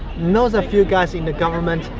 knows a few guys in the government,